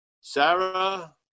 Sarah